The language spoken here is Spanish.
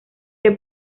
que